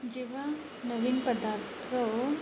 जेव्हा नवीन पदार्थ